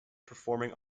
performing